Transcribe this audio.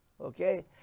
okay